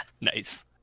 Nice